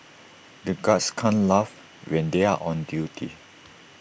the guards can't laugh when they are on duty